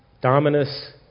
Dominus